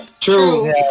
true